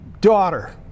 daughter